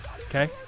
Okay